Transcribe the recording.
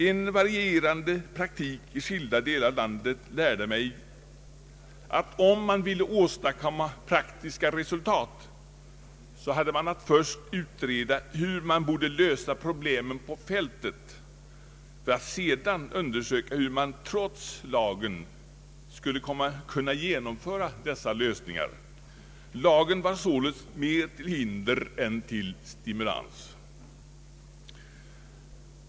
En varierande praktik i skilda delar av landet lärde mig att om man ville åstadkomma praktiska resultat så hade man att först utreda hur man borde lösa problemen på fältet, för att sedan undersöka hur man trots lagen skulle kunna genomföra lösningarna. Lagen var således mer till hinder än till stimulans.